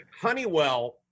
Honeywell